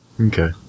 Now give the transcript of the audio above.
Okay